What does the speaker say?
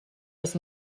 was